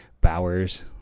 Bowers